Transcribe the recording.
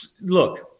Look